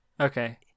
Okay